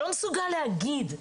שלא מסוגל להגיד,